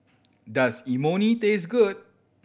does Imoni taste good